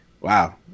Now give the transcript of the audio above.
Wow